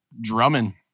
drumming